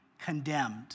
condemned